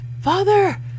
father